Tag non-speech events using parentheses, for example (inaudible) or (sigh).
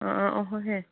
ꯑꯥ ꯑꯥ (unintelligible)